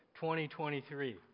2023